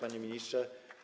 Panie Ministrze!